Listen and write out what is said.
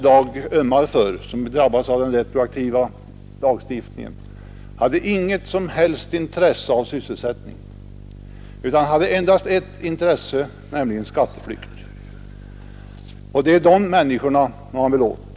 De människor vilka drabbas av den retroaktiva lagstiftningen och vilka herr Romanus här i dag ömmar för hade inget som helst intresse av sysselsättningen utan hade endast ett syfte, nämligen skatteflykt. Det är de människorna man nu vill komma åt.